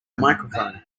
microphone